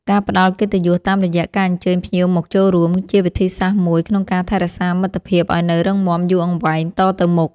ការផ្ដល់កិត្តិយសតាមរយៈការអញ្ជើញភ្ញៀវមកចូលរួម ជាវិធីសាស្រ្តមួយក្នុងការថែរក្សាមិត្តភាពឱ្យនៅរឹងមាំយូរអង្វែងតទៅមុខ។